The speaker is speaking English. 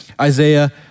Isaiah